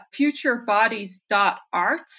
futurebodies.art